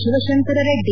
Shivashankar Reddy